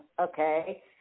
okay